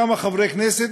כמה חברי כנסת,